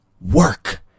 work